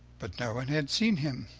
but no one had seen him.